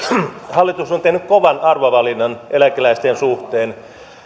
hallitus on tehnyt kovan arvovalinnan eläkeläisten suhteen